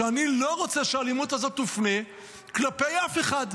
שאני לא רוצה שהאלימות הזאת תופנה כלפי אף אחד,